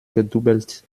gedoubelt